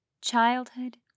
Childhood